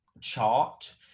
chart